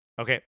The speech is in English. Okay